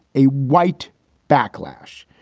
a white backlash.